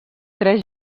tres